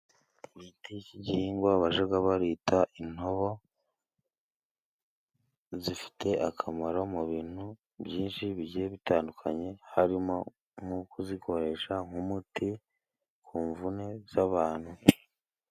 Igiti cy'igihingwa bajaga barita intobo, zifite akamaro mu bintu byinshi bigiye bitandukanye, harimo nko kuzikoresha nk'umuti ku mvune z'abantu.